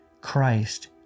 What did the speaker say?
Christ